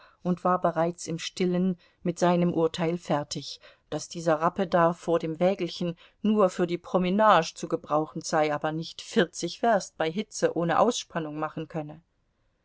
und war bereits im stillen mit seinem urteil fertig daß dieser rappe da vor dem wägelchen nur für die prominage zu gebrauchen sei aber nicht vierzig werst bei hitze ohne ausspannung machen könne